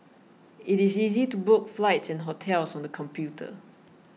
it is easy to book flights and hotels on the computer